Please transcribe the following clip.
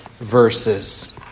verses